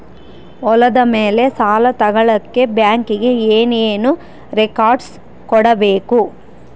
ಹೊಲದ ಮೇಲೆ ಸಾಲ ತಗಳಕ ಬ್ಯಾಂಕಿಗೆ ಏನು ಏನು ರೆಕಾರ್ಡ್ಸ್ ಕೊಡಬೇಕು?